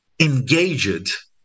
engaged